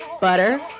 butter